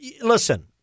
listen